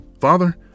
Father